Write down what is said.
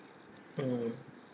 mm